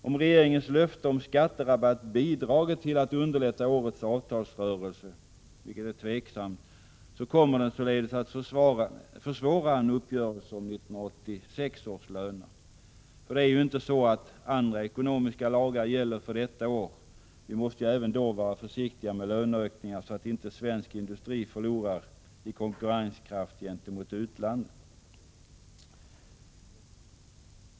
Om regeringens löfte om skatterabatt bidragit till att underlätta årets avtalsrörelse, vilket är tveksamt, så kommer den således att försvåra en uppgörelse om 1986 års löner. För det är väl inte så att andra ekonomiska lagar gäller för detta år? Vi måste ju även då vara försiktiga med löneökningar, så att inte svensk industri förlorar i konkurrenskraft gentemot utlandet.